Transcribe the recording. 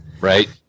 Right